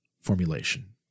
formulation